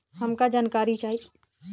हमका जानकारी चाही?